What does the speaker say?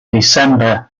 december